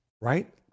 Right